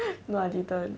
no I didn't